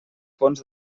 fons